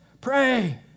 pray